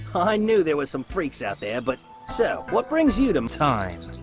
i knew there was some freaks out there, but so what brings you to time